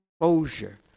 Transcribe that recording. closure